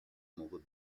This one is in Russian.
могут